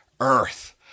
Earth